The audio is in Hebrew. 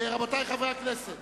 רבותי חברי הכנסת,